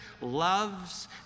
loves